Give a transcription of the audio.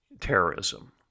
terrorism